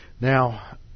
Now